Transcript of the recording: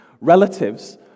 relatives